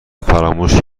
فراموش